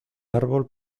árbol